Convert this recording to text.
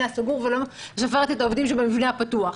הסגור ולא סופרת את העובדים שבמבנה הפתוח,